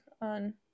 on –